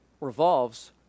revolves